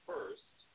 First